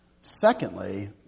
secondly